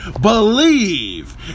believe